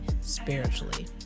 spiritually